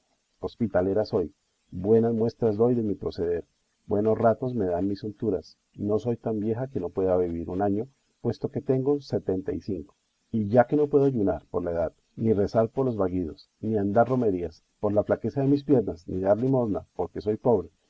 pasados hospitalera soy buenas muestras doy de mi proceder buenos ratos me dan mis unturas no soy tan vieja que no pueda vivir un año puesto que tengo setenta y cinco y ya que no puedo ayunar por la edad ni rezar por los vaguidos ni andar romerías por la flaqueza de mis piernas ni dar limosna porque soy pobre